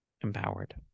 empowered